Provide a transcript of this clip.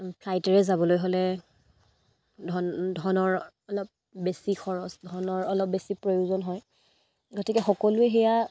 ফ্লাইটেৰে যাবলৈ হ'লে ধন ধনৰ অলপ বেছি খৰচ ধনৰ অলপ বেছি প্ৰয়োজন হয় গতিকে সকলোৱে সেয়া